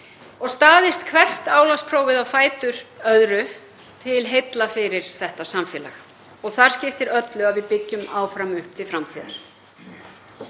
og staðist hvert álagsprófið á fætur öðru til heilla fyrir þetta samfélag. Þar skiptir öllu að við byggjum áfram upp til framtíðar.